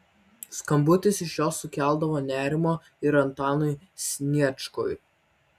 skambutis iš jos sukeldavo nerimo ir antanui sniečkui